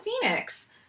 Phoenix